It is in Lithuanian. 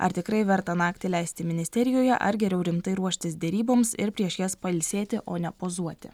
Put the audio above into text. ar tikrai verta naktį leisti ministerijoje ar geriau rimtai ruoštis deryboms ir prieš jas pailsėti o ne pozuoti